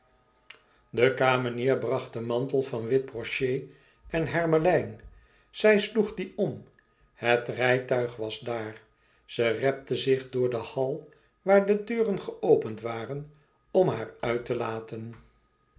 de kamenier bracht den mantel van wit broché en hermelijn zij sloeg dien om het rijtuig was daar ze repte zich door den hall waar de deuren geopend waren om haar uit te laten